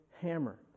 hammer